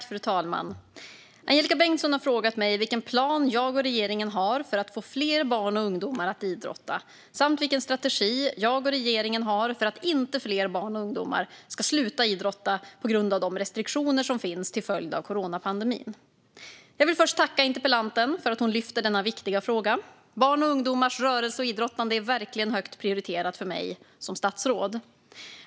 Fru talman! Angelika Bengtsson har frågat mig vilken plan jag och regeringen har för att få fler barn och ungdomar att idrotta samt vilken strategi jag och regeringen har för att inte fler barn och ungdomar ska sluta idrotta på grund av de restriktioner som finns till följd av coronapandemin. Jag vill först tacka interpellanten för att hon lyfter fram denna viktiga fråga. Barns och ungdomars rörelse och idrottande är verkligen högt prioriterat för mig som statsråd.